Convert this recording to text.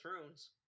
Thrones